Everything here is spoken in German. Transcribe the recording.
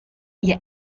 ihr